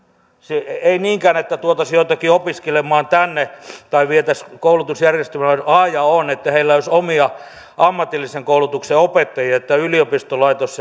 ei niinkään että tuotaisiin joitakin opiskelemaan tänne tai vietäisiin koulutusjärjestelmän a ja o että heillä olisi omia ammatillisen koulutuksen opettajia yliopistolaitos